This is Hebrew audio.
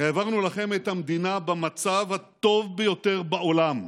העברנו לכם את המדינה במצב הטוב ביותר בעולם.